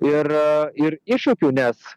ir ir iššūkių nes